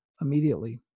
immediately